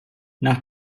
nach